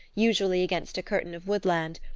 usually against a curtain of woodland,